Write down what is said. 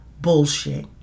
bullshit